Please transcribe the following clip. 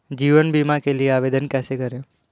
जीवन बीमा के लिए आवेदन कैसे करें?